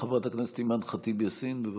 חברת הכנסת אימאן ח'טיב יאסין, בבקשה.